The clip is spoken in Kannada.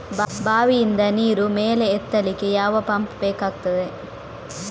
ಬಾವಿಯಿಂದ ನೀರು ಮೇಲೆ ಎತ್ತಲಿಕ್ಕೆ ಯಾವ ಪಂಪ್ ಬೇಕಗ್ತಾದೆ?